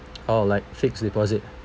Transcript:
orh like fixed deposit